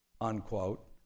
unquote